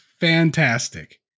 fantastic